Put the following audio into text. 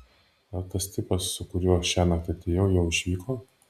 ar tas tipas su kuriuo šiąnakt atėjau jau išvyko